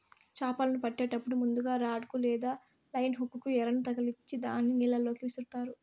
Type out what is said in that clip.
చాపలను పట్టేటప్పుడు ముందుగ రాడ్ కు లేదా లైన్ హుక్ కు ఎరను తగిలిచ్చి దానిని నీళ్ళ లోకి విసురుతారు